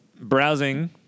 browsing